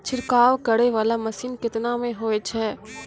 छिड़काव करै वाला मसीन केतना मे होय छै?